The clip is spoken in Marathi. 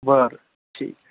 बरं ठीक आहे